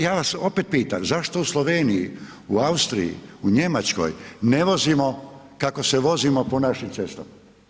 Ja vas opet pitam, zašto u Sloveniji, u Austriji, u Njemačkoj ne vozimo kako se vozimo po našim cestama?